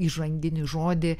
įžanginį žodį